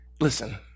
Listen